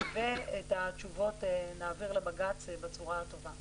ואת התשובות נעביר לבג"ץ בצורה הטובה.